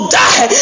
die